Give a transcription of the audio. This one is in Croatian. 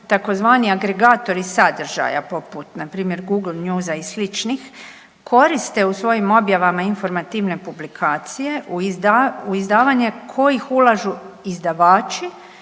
tzv. agregatori sadržaja poput Google newsa i sličnih koriste u svojim objavama informativne publikacije u izdavanje kojih ulažu izdavači